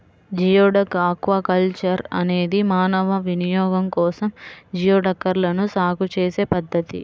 geoduck aquaculture అనేది మానవ వినియోగం కోసం జియోడక్లను సాగు చేసే పద్ధతి